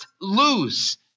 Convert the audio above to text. lose